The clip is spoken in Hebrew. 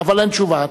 אבל אין תשובה.